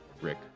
Rick